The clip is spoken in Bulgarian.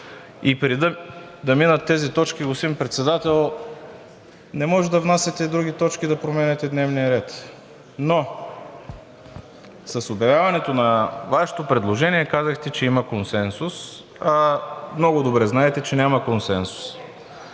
да минат тези точки, господин Председател, не може да внасяте други точки и да променяте дневния ред. Но с обявяването на Вашето предложение казахте, че има консенсус, а много добре знаете, че няма консенсус.